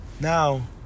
Now